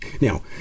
Now